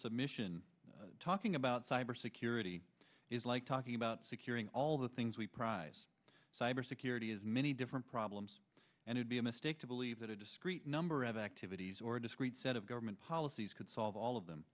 submission talking about cybersecurity is like talking about securing all the things we prize cyber security is many different problems and would be a mistake to believe that a discrete number of activities or discrete set of government policies could solve all of them